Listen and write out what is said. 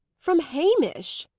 from hamish!